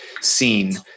scene